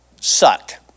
Sucked